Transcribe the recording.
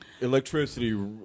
electricity